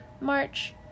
March